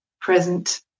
present